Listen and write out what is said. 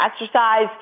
exercise